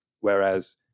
Whereas